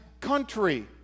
country